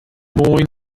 moin